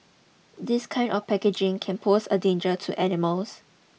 this kind of packaging can pose a danger to animals